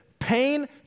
Pain